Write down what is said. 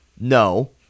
No